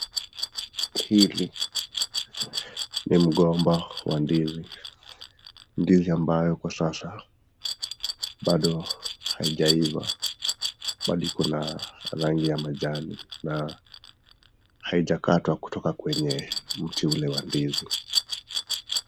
Hili ni mgomba wa ndizi, ndizi ambayo kwa sasa bado haijaiva bado iko na rangi ya majani na haikatwa kutoka kwenye mti ule wa ndizi.